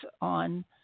on